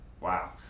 wow